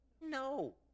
No